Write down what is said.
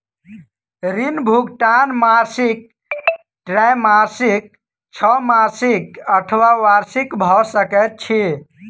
ऋण भुगतान मासिक त्रैमासिक, छौमासिक अथवा वार्षिक भ सकैत अछि